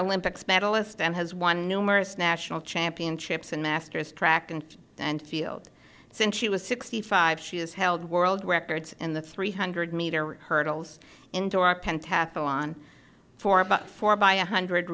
olympics medalist and has won numerous national championships and masters track and field since she was sixty five she has held world records in the three hundred meter hurdles indoor pentathlon on for about four by one hundred